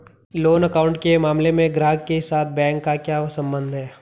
Loan account के मामले में ग्राहक के साथ बैंक का क्या संबंध है?